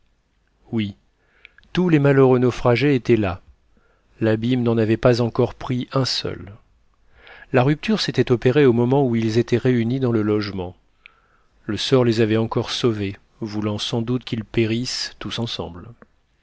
oui tous les malheureux naufragés étaient là l'abîme n'en avait pas encore pris un seul la rupture s'était opérée au moment où ils étaient réunis dans le logement le sort les avait encore sauvés voulant sans doute qu'ils périssent tous ensemble